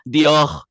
Dior